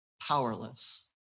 powerless